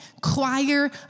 choir